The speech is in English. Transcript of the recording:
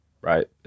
right